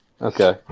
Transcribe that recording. Okay